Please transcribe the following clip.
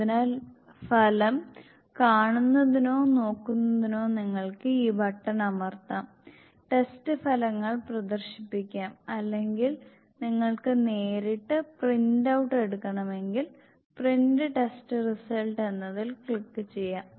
അതിനാൽ ഫലം കാണുന്നതിനോ നോക്കുന്നതിനോ നിങ്ങൾക്ക് ഈ ബട്ടൺ അമർത്താം ടെസ്റ്റ് ഫലങ്ങൾ പ്രദർശിപ്പിക്കാം അല്ലെങ്കിൽ നിങ്ങൾക്ക് നേരിട്ട് പ്രിന്റ് ഔട്ട് എടുക്കണമെങ്കിൽ പ്രിന്റ് ടെസ്റ്റ് റിസൾട്ട് എന്നതിൽ ക്ലിക്ക് ചെയ്യാം